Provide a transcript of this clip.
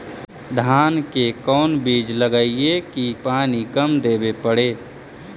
धान के कोन बिज लगईऐ कि पानी कम देवे पड़े?